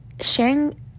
sharing